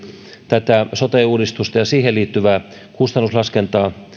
tätä sote uudistusta ja siihen liittyvää kustannuslaskentaa